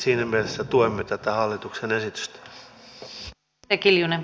siinä mielessä tuemme tätä hallituksen esitystä